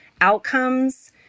outcomes